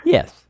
Yes